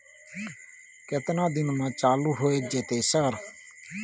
केतना दिन में चालू होय जेतै सर?